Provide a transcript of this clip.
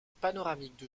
panoramique